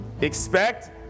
expect